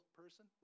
person